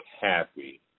happy